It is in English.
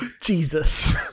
Jesus